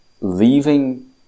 leaving